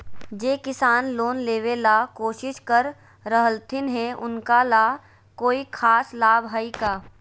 जे किसान लोन लेबे ला कोसिस कर रहलथिन हे उनका ला कोई खास लाभ हइ का?